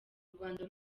urwanda